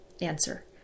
Answer